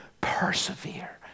Persevere